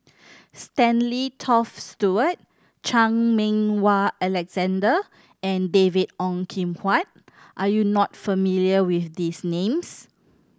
Stanley Toft Stewart Chan Meng Wah Alexander and David Ong Kim Huat are you not familiar with these names